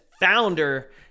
founder